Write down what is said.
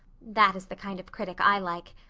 that is the kind of critic i like.